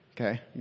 Okay